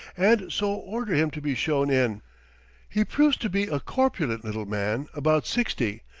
and so order him to be shown in he proves to be a corpulent little man about sixty,